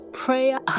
prayer